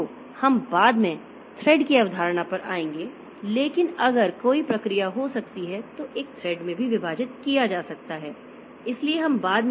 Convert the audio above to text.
तो हम बाद में थ्रेड की अवधारणा पर आएंगे लेकिन अगर कोई प्रक्रिया हो सकती है तो एक थ्रेड में भी विभाजित किया जा सकता है इसलिए हम बाद में आएंगे